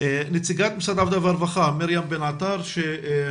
נעבור למורן מעמותת סיכוי שביקשה